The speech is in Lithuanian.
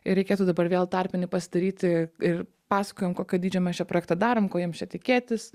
jei reikėtų dabar vėl tarpinį pasidaryti ir pasakojo kokio dydžio mes čia projektą darom ko jiems čia tikėtis